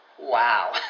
Wow